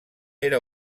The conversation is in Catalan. era